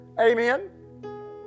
Amen